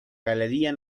galería